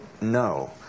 no